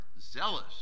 zealous